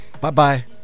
Bye-bye